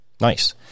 Nice